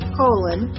Colon